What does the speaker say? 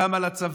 קם לה צבא,